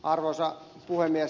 arvoisa puhemies